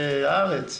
זה "הארץ".